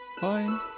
fine